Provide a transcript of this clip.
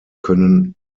können